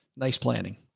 nice planning.